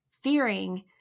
fearing